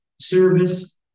service